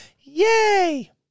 Yay